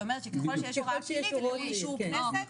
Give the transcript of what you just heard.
שאומרת שככל שיש הוראה פלילית הן יעלו לאישור הכנסת,